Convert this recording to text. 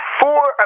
four